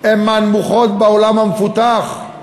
הם מהנמוכים בעולם המפותח,